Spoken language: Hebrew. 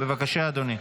בבקשה, אדוני.